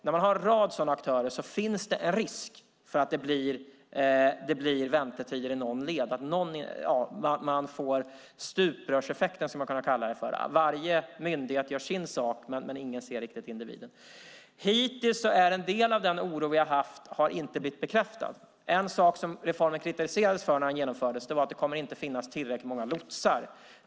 När man har en rad sådana aktörer finns det en risk att det blir väntetider i något led. Man skulle kunna kalla det för att vi får stuprörseffekter. Varje myndighet gör sin sak, men ingen ser individen. Hittills har en del av den oro vi har haft inte blivit bekräftad. En sak som reformen kritiserades för när den genomfördes var att det inte skulle finnas tillräckligt många lotsar.